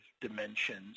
dimensions